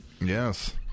Yes